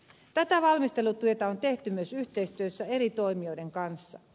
tätä valmistelutyötä on tehty myös yhteistyössä eri toimijoiden kanssa